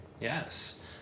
Yes